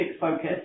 focus